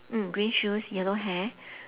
mm green shoes yellow hair